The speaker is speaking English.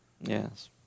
Yes